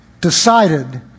decided